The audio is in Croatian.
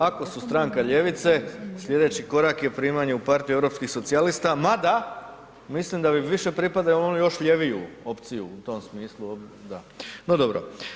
Ako su stranka ljevice, sljedeći korak je primanje u Partiju europskih socijalista, mada mislim da bi više pripadali u onu još ljeviju opciju u tom smislu, da, no dobro.